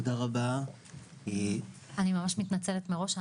המקרה הראשון קרה עם אמא שלי כשאני הייתי איפה שהוא בן 15 בערך